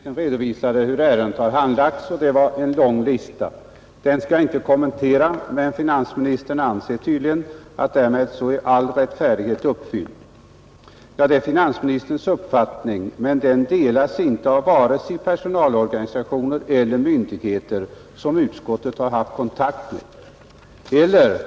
Fru talman! Finansministern redovisade i sitt anförande hur ärendet har handlagts. Det var en lång lista. Den skall jag inte kommentera, men finansministern anser tydligen att därmed är all rättfärdighet uppfylld. Ja, det är finansministerns uppfattning, men den delas inte av vare sig personalorganisationer eller myndigheter, som utskottet har haft kontakt med, Eller